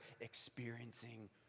experiencing